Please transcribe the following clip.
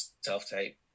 self-tape